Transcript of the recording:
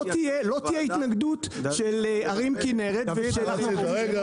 תהיה התנגדות של ערים כנרת ושל --- רגע,